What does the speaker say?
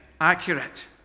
Accurate